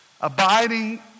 abiding